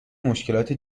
مشکلات